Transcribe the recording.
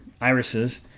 irises